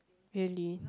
really